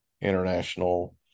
international